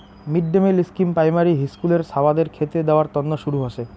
mid day meal scheme primary হিস্কুলের ছাওয়াদের খেতে দেয়ার তন্ন শুরু হসে